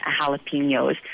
jalapenos